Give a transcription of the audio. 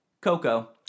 Coco